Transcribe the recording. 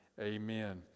Amen